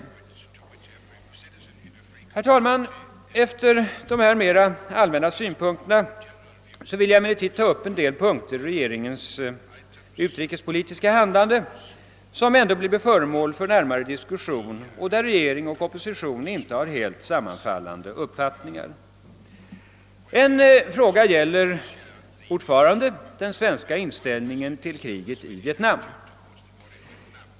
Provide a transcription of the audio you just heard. Efter dessa mera allmänna synpunkter vill jag ta upp en del punkter i regeringens utrikespolitiska handlande, som ändå bör bli föremål för närmare diskussion och där regering och opposition inte har helt sammanfallande uppfattningar. En sådan fråga är fortfarande den svenska inställningen till kriget i Vietnam.